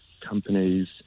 companies